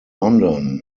london